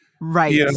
right